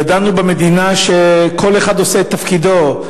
ידענו במדינה שכל אחד עושה את תפקידו,